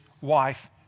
wife